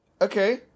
Okay